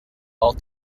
all